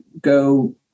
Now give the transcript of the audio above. go